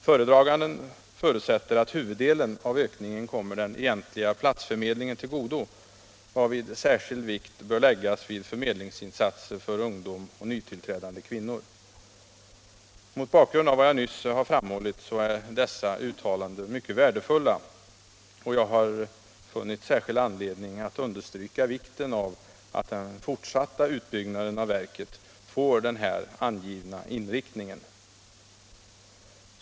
Föredraganden förutsätter att huvuddelen av ökningen kommer den egentliga platsförmedlingen till godo, varvid särskild vikt bör läggas vid förmedlingsinsatser för ungdom och nytillträdande kvinnor. Mot bakgrund av vad jag nyss har framhållit är dessa uttalanden mycket värdefulla, och jag har funnit särskild anledning att understryka vikten av att den fortsatta utbyggnaden av verket får den angivna inriktningen.